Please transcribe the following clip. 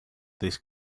this